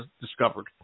discovered